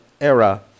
era